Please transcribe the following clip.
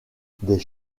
des